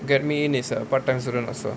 get me in is a part time student also